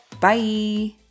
bye